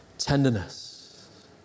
tenderness